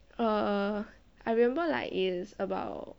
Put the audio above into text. err I remember like it's about